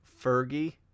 Fergie